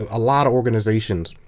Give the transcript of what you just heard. a lot of organizations,